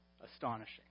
Astonishing